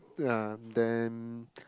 ya then